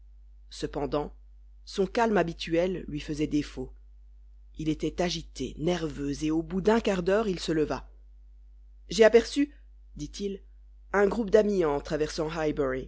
cependant son calme habituel lui faisait défaut il était agité nerveux et au bout d'un quart d'heure il se leva j'ai aperçu dit-il un groupe d'amis en traversant